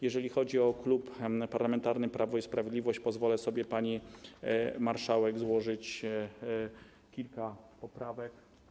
Jeżeli chodzi o Klub Parlamentarny Prawo i Sprawiedliwość, to pozwolę sobie, pani marszałek, złożyć kilka poprawek.